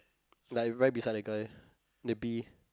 like right beside the guy the bee